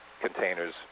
containers